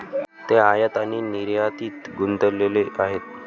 ते आयात आणि निर्यातीत गुंतलेले आहेत